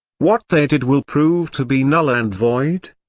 what they did will prove to be null and void.